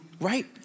right